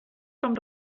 com